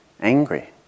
Angry